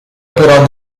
operò